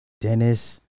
Dennis